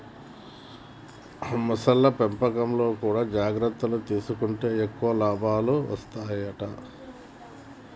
మొసళ్ల పెంపకంలో కూడా జాగ్రత్తలు తీసుకుంటే ఎక్కువ లాభాలు వత్తాయట